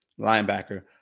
linebacker